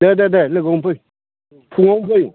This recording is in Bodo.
दे दे दे लोगो हमफै फुंआवनो फै